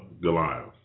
Goliath